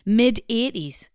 mid-80s